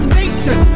nation